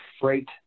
freight